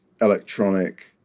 electronic